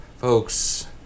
Folks